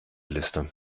liste